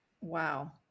Wow